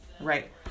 Right